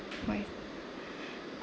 why